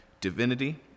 divinity